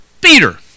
Peter